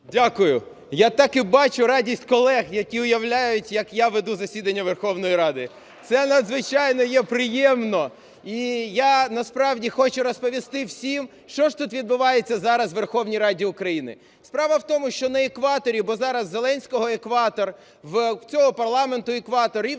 Дякую. Я так і бачу радість колег, які уявляють, як я веду засідання Верховної Ради. Це надзвичайно є приємно. І я насправді хочу розповісти всім, що ж тут відбувається зараз у Верховній Раді України. Справа в тому, що на екваторі, бо зараз у Зеленського екватор, в цього парламенту екватор